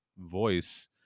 voice